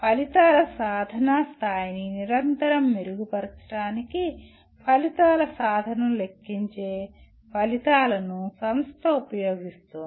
ఫలితాల సాధన స్థాయిని నిరంతరం మెరుగుపరచడానికి ఫలితాల సాధనను లెక్కించే ఫలితాలను సంస్థ ఉపయోగిస్తుంది